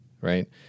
right